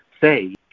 say